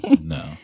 No